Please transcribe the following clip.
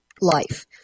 life